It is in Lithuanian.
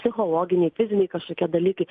psichologiniai fiziniai kažkokie dalykai